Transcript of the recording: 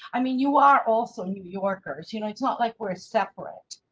i mean, you are also new yorkers, you know, it's not like we're a separate.